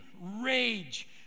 rage